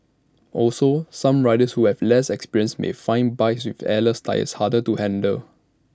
also some riders who have less experience may find bikes with airless tyres harder to handle